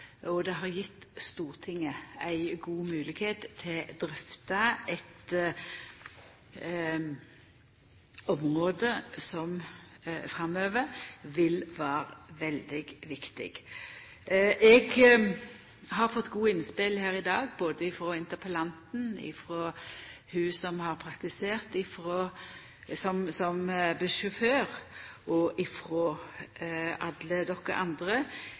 og det har gjeve Stortinget eit godt høve til å drøfta eit område som framover vil vera veldig viktig. Eg har fått gode innspel her i dag både frå interpellanten, frå representanten som har praktisert som bussjåfør, og frå alle de andre,